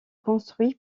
construit